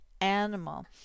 animal